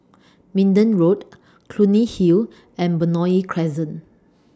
Minden Road Clunny Hill and Benoi Crescent